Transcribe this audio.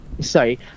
Sorry